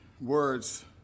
words